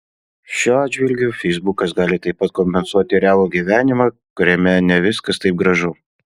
šiuo atžvilgiu feisbukas gali taip pat kompensuoti realų gyvenimą kuriame ne viskas taip gražu